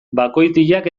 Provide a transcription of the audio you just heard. bakoitiak